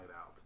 out